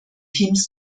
teams